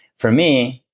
for me,